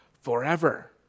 forever